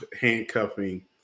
handcuffing